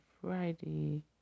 Friday